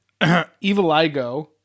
Eviligo